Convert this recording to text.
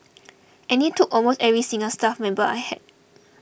and he took almost every single staff member I had